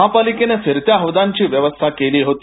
महापालिकेनं फिरत्या हौदांची व्यवस्था केली होती